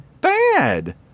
bad